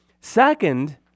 Second